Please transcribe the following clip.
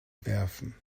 werfen